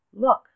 look